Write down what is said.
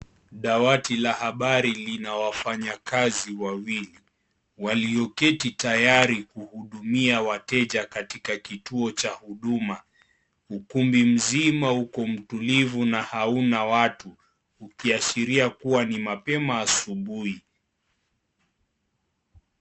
Dawati la habari lina wafanyakazi wawili walioketi tayari kuhudumia wateja katika kituo cha huduma . Ukumbi mzima uko mtulivu na hauna watu ukiashiria kuwa ni mapema asubuhi.